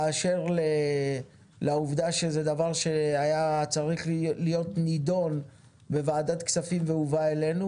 באשר לעובדה שזה דבר שהיה צריך להיות נדון בוועדת הכספים והובא אלינו